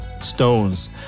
stones